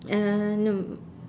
uh no